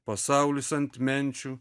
pasaulis ant menčių